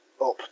up